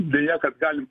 deja kad galim